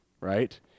right